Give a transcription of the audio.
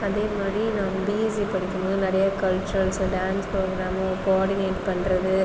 அதே மாதிரி நான் பிஎஸ்சி படிக்கும் போது நிறைய கல்ச்சுரல்ஸில் டான்ஸ் ப்ரோக்ராம் கோவார்டினேட் பண்ணுறது